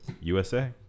USA